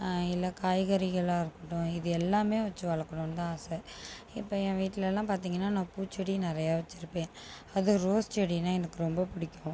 இல்லை காய்கறிகளாக இருக்கட்டும் இது எல்லாமே வச்சு வளர்க்கணுனுந்தான் ஆசை இப்போ என் வீட்லலாம் பார்த்திங்கன்னா நான் பூச்செடி நிறைய வச்சுருப்பேன் அதுவும் ரோஸ் செடினா எனக்கு ரொம்ப பிடிக்கும்